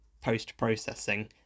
post-processing